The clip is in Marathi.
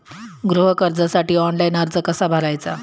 गृह कर्जासाठी ऑनलाइन अर्ज कसा भरायचा?